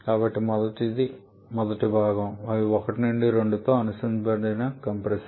కాబట్టి మొదటిది మొదటి భాగం ఈ 1 నుండి 2 తో అనుబంధించబడిన కంప్రెసర్